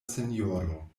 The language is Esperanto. sinjoro